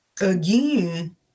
again